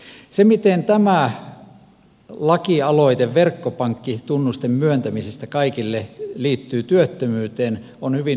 se miten tämä lakialoite verkkopankkitunnusten myöntämisestä kaikille liittyy työttömyyteen on hyvin yksinkertaista